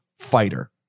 fighter